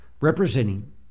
representing